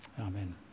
Amen